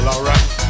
Alright